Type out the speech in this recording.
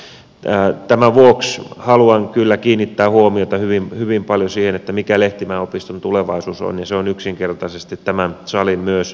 tämän vuoksi haluan kyllä kiinnittää huomiota hyvin paljon siihen mikä lehtimäen opiston tulevaisuus on ja se on yksinkertaisesti tämän salin myös ratkaistava